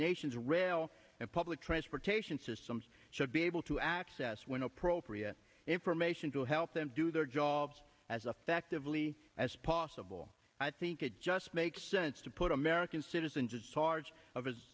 nation's wral and public transportation systems should be able to access when appropriate information to help them do their jobs as affectively as possible i think it just makes sense to put american citizens of sarge of